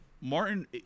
Martin